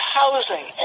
housing